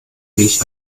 weg